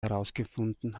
herausgefunden